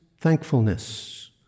thankfulness